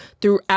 throughout